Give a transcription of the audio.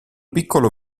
piccolo